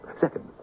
Second